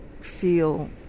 feel